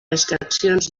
extraccions